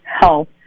health